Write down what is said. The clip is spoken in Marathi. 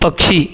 पक्षी